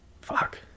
fuck